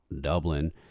Dublin